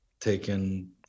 taken